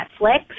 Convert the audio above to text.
Netflix